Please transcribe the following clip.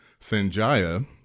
Sanjaya